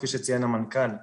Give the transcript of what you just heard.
כפי שציין המנכ"ל,